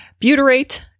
Butyrate